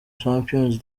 champions